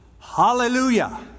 hallelujah